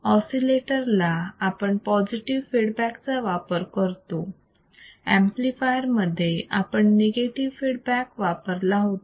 oscillator ला आपण positive feedback चा वापर करतो ऍम्प्लिफायर मध्ये आपण निगेटिव फीडबॅक वापरला होता